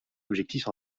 objectifs